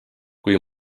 kui